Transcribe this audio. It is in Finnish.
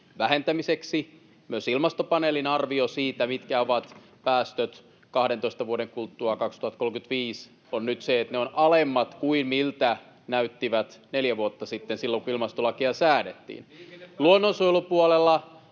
vähentämiseksi. Myös Ilmastopaneelin arvio siitä, mitkä ovat päästöt 12 vuoden kuluttua vuonna 2035, on nyt se, että ne ovat alemmat kuin miltä näyttivät silloin neljä vuotta sitten, kun ilmastolakia säädettiin.